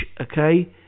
okay